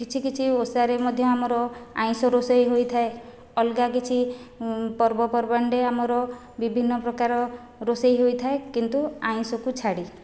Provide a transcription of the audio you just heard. କିଛି କିଛି ଓଷାରେ ମଧ୍ୟ ଆମର ଆଇଁଷ ରୋଷେଇ ହୋଇଥାଏ ଅଲଗା କିଛି ପର୍ବପର୍ବାଣିରେ ଆମର ବିଭିନ୍ନ ପ୍ରକାର ରୋଷେଇ ହୋଇଥାଏ କିନ୍ତୁ ଆଇଁଷକୁ ଛାଡ଼ି